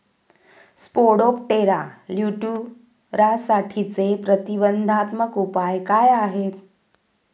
Spodoptera लिट्युरासाठीचे प्रतिबंधात्मक उपाय काय आहेत?